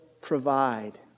provide